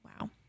wow